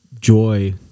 joy